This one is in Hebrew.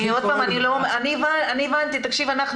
הבנו.